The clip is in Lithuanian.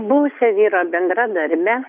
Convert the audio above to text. buvusią vyro bendradarbę